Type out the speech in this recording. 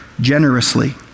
generously